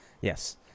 Yes